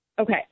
Okay